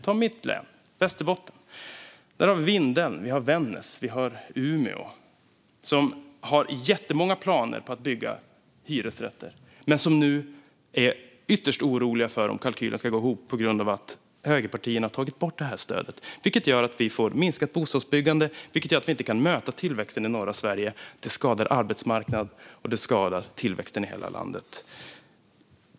I mitt län Västerbotten har vi Vindeln, Vännäs och Umeå, som har jättemånga planer på att bygga hyresrätter men nu är ytterst oroliga för om kalkylen ska gå ihop på grund av att högerpartierna har tagit bort det här stödet. Det gör att vi får minskat bostadsbyggande och inte kan möta tillväxten i norra Sverige. Detta skadar arbetsmarknaden och tillväxten i hela landet.